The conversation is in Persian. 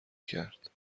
کرد